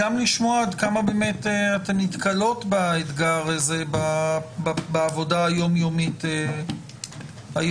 אני רוצה לשמוע כמה אתן נתקלות באתגר הזה בעבודה היום-יומית שלכן.